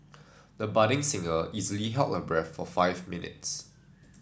the budding singer easily held her breath for five minutes